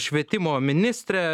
švietimo ministrė